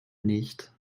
nicht